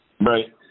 Right